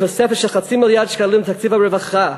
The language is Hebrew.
תוספת של חצי מיליארד שקלים לתקציב הרווחה,